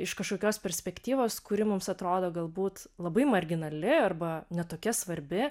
iš kažkokios perspektyvos kuri mums atrodo galbūt labai marginali arba ne tokia svarbi